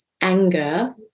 anger